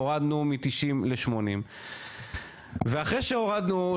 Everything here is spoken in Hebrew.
הורדנו מתישים ל 80. ואחרי שהורדנו,